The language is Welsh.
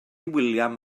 william